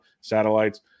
satellites